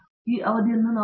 ಪ್ರತಾಪ್ ಹರಿಡೋಸ್ ಧನ್ಯವಾದಗಳು